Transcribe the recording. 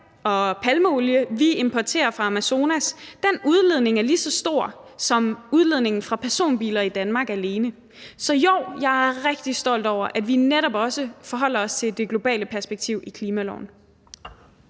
og palmeolie, vi importerer fra Amazonas, er lige så stor, som udledningen fra personbiler i Danmark alene. Så jo, jeg er rigtig stolt over, at vi netop også forholder os til det globale perspektiv i klimaloven.